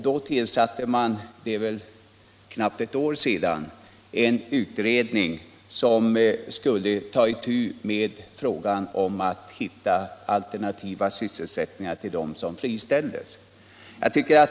Då tillsattes — det är väl knappt ett år sedan — en utredning, som skulle ta itu med att hitta alternativa sysselsättningar för dem som friställdes.